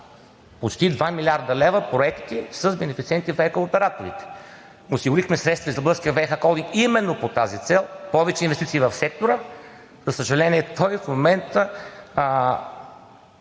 почти 2 млрд. лв. проекти с бенефициенти ВиК операторите. Осигурихме средства и за Българския ВиК холдинг именно по тази цел – повече инвестиции в сектора. За съжаление, той в момента